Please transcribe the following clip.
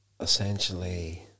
essentially